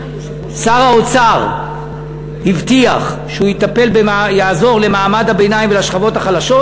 שר האוצר הבטיח שהוא יעזור למעמד הביניים ולשכבות החלשות,